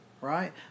right